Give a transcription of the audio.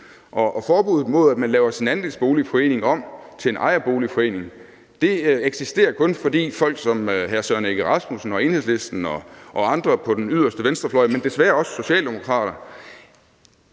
og forbuddet mod, at man laver sin andelsboligforening om til en ejerboligforening eksisterer kun, fordi folk som hr. Søren Egge Rasmussen og Enhedslisten og andre på den yderste venstrefløj, men desværre også Socialdemokraterne,